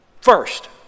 First